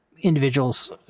Individuals